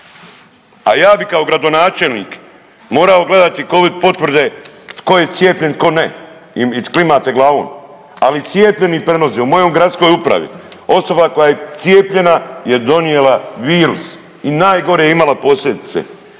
a ja bi kao gradonačelnik morao gledati covid potvrde tko je cijepljen, tko ne i klimate glavom, ali i cijepljeni prenose. U mojoj gradskoj upravi osoba koja je cijepljena je donijela virus i najgore je imala posljedice.